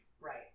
Right